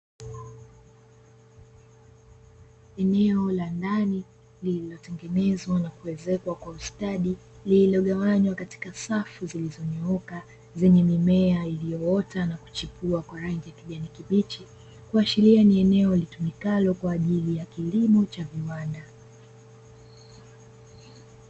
Eneo la ndani lililotengenezwa na kuwezekwa kwa ustadi, lililogawanywa katika safu zilinyooka zenye mimea iliyoota na kuchipua kwa rangi ya kijani kibichi, kuashiria ni eneo litumikalo kwa ajili ya kilimo cha viwanda.